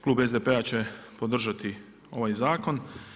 Klub SDP-a će podržati ovaj zakon.